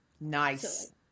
Nice